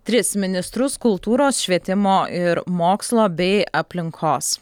tris ministrus kultūros švietimo ir mokslo bei aplinkos